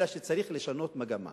אלא שצריך לשנות מגמה,